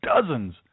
Dozens